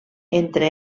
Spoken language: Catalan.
entre